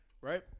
Right